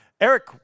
Eric